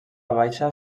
baixa